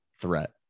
threat